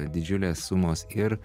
didžiulės sumos ir